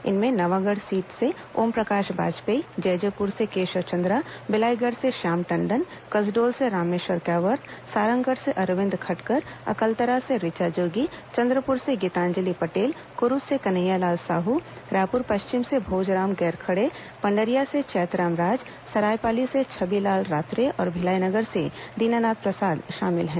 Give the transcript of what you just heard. इनमें नवागढ़ सीट से ओमप्रकाश वाजपेयी जैजैपुर से केशव चंद्रा बिलाईगढ़ से श्याम टंडन कसडोल से रामेश्वर कैवर्त सारंगढ़ से अरविंद खटकर अकलतरा से ऋचा जोगी चंद्रपुर से गीतांजलि पटेल कुरूद से कन्हैयालाल साहू रायपुर पश्चिम से भोजराम गौरखडे पंडरिया से चैतराम राज सरायपाली से छबिलाल रात्रे और भिलाई नगर से दीनानाथ प्रसाद शामिल हैं